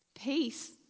Peace